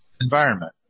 environment